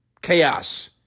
Chaos